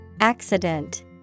Accident